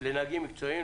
לנהגים מקצועיים,